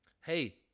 Hey